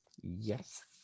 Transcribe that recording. yes